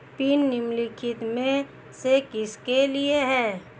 Pin निम्नलिखित में से किसके लिए है?